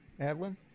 Adlin